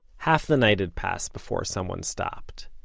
half the night and passed before someone stopped.